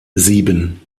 sieben